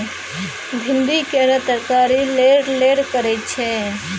भिंडी केर तरकारी लेरलेर करय छै